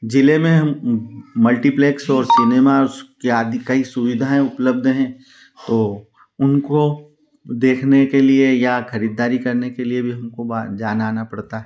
जिले में हम मल्टीप्लेक्स और सिनेमास की आदि कई सुविधाएँ उपलब्ध हैं तो उनको देखने के लिए या खरीदारी करने के लिए भी हमको बाहर जाना आना पड़ता है